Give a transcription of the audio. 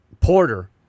Porter